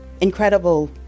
incredible